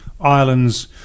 islands